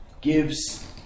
gives